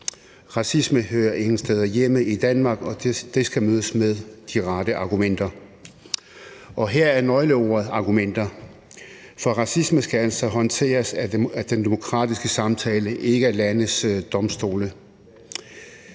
Racisme hører ingen steder hjemme i Danmark, og det skal mødes med de rette argumenter. Og her er nøgleordet argumenter, for racisme skal altså håndteres af den demokratiske samtale, ikke af landes domstole.